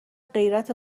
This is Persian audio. غیرت